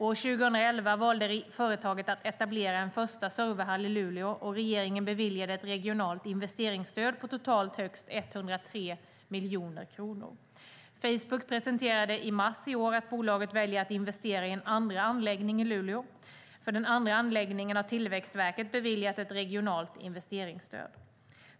År 2011 valde företaget att etablera en första serverhall i Luleå, och regeringen beviljade ett regionalt investeringsstöd på totalt högst 103 miljoner kronor. Facebook presenterade i mars i år att bolaget väljer att investera i en andra anläggning i Luleå. För den andra anläggningen har Tillväxtverket beviljat ett regionalt investeringsstöd.